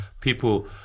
people